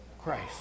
Christ